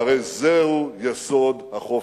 והרי זהו יסוד החופש.